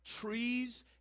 trees